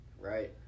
Right